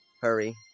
Hurry